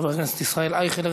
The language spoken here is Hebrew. חבר הכנסת ישראל אייכלר,